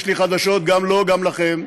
יש לי חדשות גם לו, גם לכם: